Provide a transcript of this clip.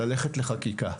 ללכת לחקיקה.